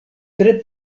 tre